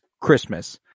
Christmas